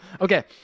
Okay